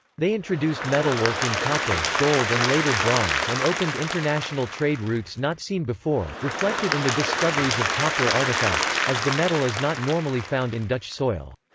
they introduced metalwork in copper, gold and later bronze and opened international trade routes not seen before, reflected in the discoveries of copper artifacts, as the metal is not normally found in dutch soil.